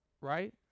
right